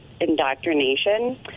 indoctrination